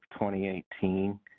2018